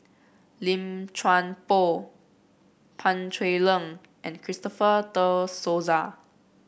Lim Chuan Poh Pan Cheng Lui and Christopher De Souza